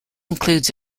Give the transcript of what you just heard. includes